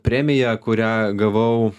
premiją kurią gavau